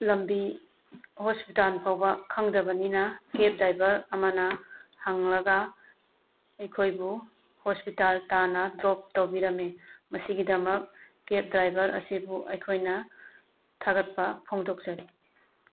ꯂꯝꯕꯤ ꯍꯣꯁꯄꯤꯇꯥꯟ ꯐꯥꯎꯕ ꯈꯪꯗꯕꯅꯤꯅ ꯀꯦꯕ ꯗꯥꯏꯚꯔ ꯑꯃꯅ ꯍꯪꯂꯒ ꯑꯩꯈꯣꯏꯕꯨ ꯍꯣꯁꯄꯤꯇꯥꯜ ꯇꯥꯟꯅ ꯗ꯭ꯔꯣꯞ ꯇꯧꯕꯤꯔꯝꯃꯤ ꯃꯁꯤꯒꯤꯗꯃꯛ ꯀꯦꯕ ꯗ꯭ꯔꯥꯏꯚꯔ ꯑꯁꯤꯕꯨ ꯑꯩꯈꯣꯏꯅ ꯊꯥꯒꯠꯄ ꯐꯣꯡꯗꯣꯛꯆꯔꯤ